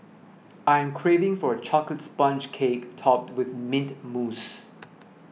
I am craving for a Chocolate Sponge Cake Topped with Mint Mousse